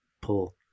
pull